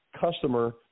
customer